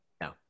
No